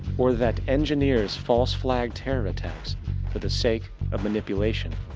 or that engineers false-flag terror attacks for the sake of manipulation?